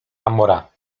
amora